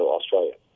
Australia